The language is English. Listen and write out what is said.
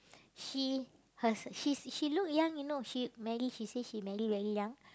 she her she's she look young you know she marry she say she marry very young